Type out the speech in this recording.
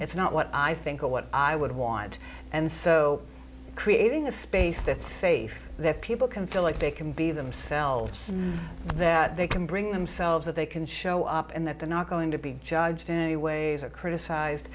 it's not what i think or what i would want and so creating a space that safe that people can feel like they can be themselves that they can bring themselves that they can show up and that they're not going to be judged in any ways or criticized